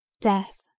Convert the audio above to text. Death